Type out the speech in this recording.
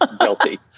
guilty